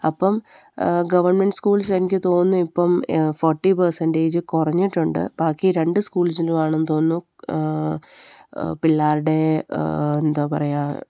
അപ്പം government schools എനിക്ക് തോന്നുന്നു ഇപ്പം ഫോർട്ടി പെർസെൻറ്റേജ് കുറഞ്ഞിട്ടുണ്ട് ബാക്കി രണ്ട് സ്കൂൾസിനുമാണെന്ന് തോന്നുന്നു പിള്ളേരുടെ എന്താണ് പറയുക